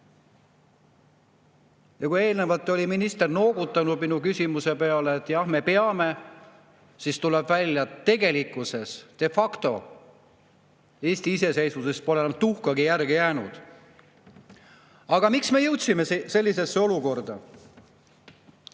Ja kui eelnevalt oli minister noogutanud minu küsimuse peale, et jah, me peame, siis tuleb välja, et tegelikkuses pole Eesti iseseisvusest enam tuhkagi järele jäänud. Miks me jõudsime sellisesse olukorda?